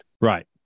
Right